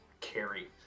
carry